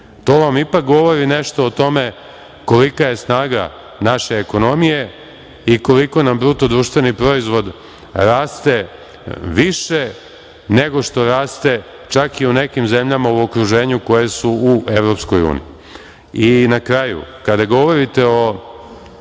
To vam ipak govori nešto o tome kolika je snaga naše ekonomije i koliko nam BDP raste više nego što raste čak i u nekim zemljama u okruženju koje su u Evropskoj uniji. Na kraju, kada govorite o